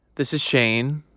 this is shane,